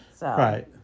Right